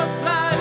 fly